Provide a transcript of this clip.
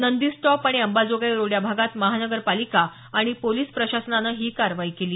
Nandi stop आणि Ambajogai road या भागात महानगरपालिका आणि पोलिस प्रशासनानं ही कारवाई केली